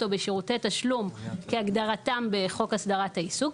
בשירותי תשלום כהגדרתם בחוק הסדרת העיסוק,